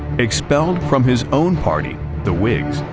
expelled from his own party, the whigs,